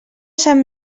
sant